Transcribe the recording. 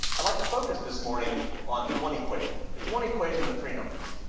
i'd like to focus this morning on one equation. it's one equation with three numbers.